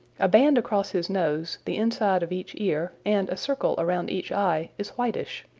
a band across his nose, the inside of each ear and a circle around each eye is whitish.